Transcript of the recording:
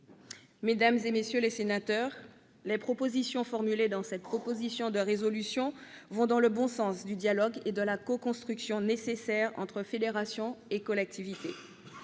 Mesdames, messieurs les sénateurs, les propositions formulées dans cette proposition de résolution vont dans le bon sens, celui du dialogue et de la coconstruction nécessaires entre fédérations et collectivités.